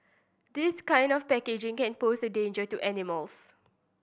this kind of packaging can pose a danger to animals